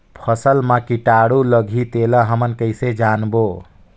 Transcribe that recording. फसल मा कीटाणु लगही तेला हमन कइसे जानबो?